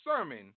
Sermon